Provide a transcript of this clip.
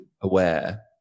aware